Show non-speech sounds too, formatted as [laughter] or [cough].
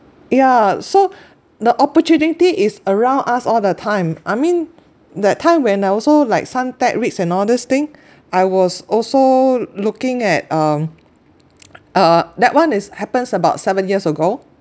yeah so the opportunity is around us all the time I mean that time when I also like suntec REITs and all this thing I was also looking at um [noise] uh that one is happens about seven years ago